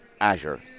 Azure